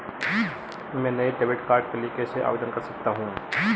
मैं नए debit card के लिए कैसे आवेदन कर सकता हूँ?